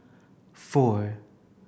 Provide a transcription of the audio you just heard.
four